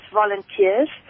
volunteers